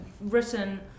written